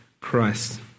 Christ